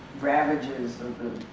ravages of